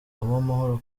uwamahoro